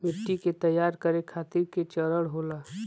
मिट्टी के तैयार करें खातिर के चरण होला?